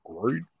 great